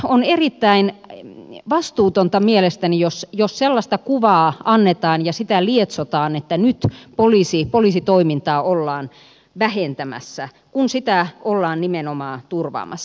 on mielestäni erittäin vastuutonta jos sellaista kuvaa annetaan ja sitä lietsotaan että nyt poliisitoimintaa ollaan vähentämässä kun sitä ollaan nimenomaan turvaamassa